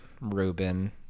Reuben